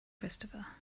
christopher